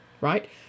right